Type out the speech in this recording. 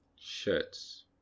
shirts